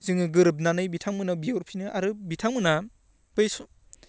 जोङो गोरोबनानै बिथांमोननाव बिहरफिनो आरो बिथांमोनहा बै सम